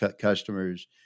customers